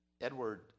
Edward